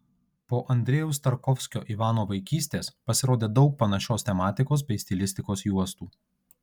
po andrejaus tarkovskio ivano vaikystės pasirodė daug panašios tematikos bei stilistikos juostų